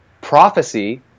prophecy